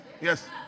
yes